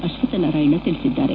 ಅಶ್ವತ್ಡ ನಾರಾಯಣ ತಿಳಿಸಿದ್ದಾರೆ